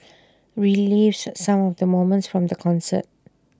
relives some of the moments from the concert